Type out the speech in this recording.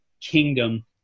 kingdom